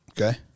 okay